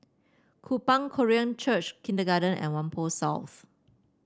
Kupang Korean Church Kindergarten and Whampoa South